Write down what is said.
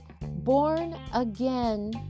born-again